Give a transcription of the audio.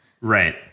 Right